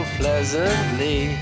pleasantly